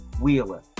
Wheeler